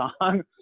song